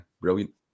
brilliant